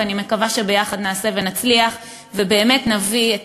ואני מקווה שיחד נעשה ונצליח ובאמת נביא את